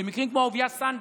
במקרים כמו אהוביה סנדק,